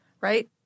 right